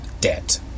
debt